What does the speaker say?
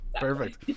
Perfect